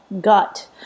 gut